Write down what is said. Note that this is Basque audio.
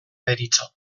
deritzo